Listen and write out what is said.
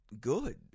Good